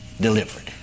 delivered